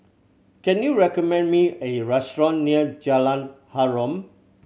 can you recommend me A restaurant near Jalan Harum